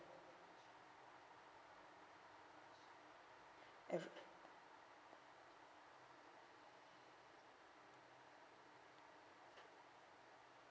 um